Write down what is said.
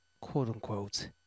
quote-unquote